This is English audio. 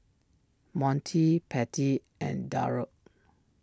Monty Patty and Darold